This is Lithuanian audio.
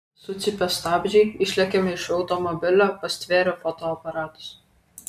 sucypia stabdžiai išlekiame iš automobilio pastvėrę fotoaparatus